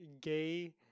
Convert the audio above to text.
gay